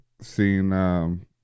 seen